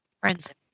friends